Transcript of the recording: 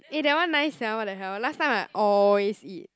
eh that one nice sia what the hell last time I always eat